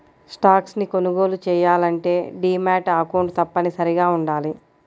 stocks ని కొనుగోలు చెయ్యాలంటే డీమాట్ అకౌంట్ తప్పనిసరిగా వుండాలి